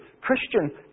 Christian